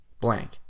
blank